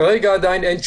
כרגע עדיין אין תשובה.